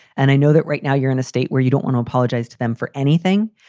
and i know that right now you're in a state where you don't want to apologize to them for anything.